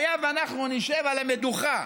היה ואנחנו נשב על המדוכה